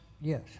Yes